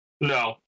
No